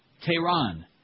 Tehran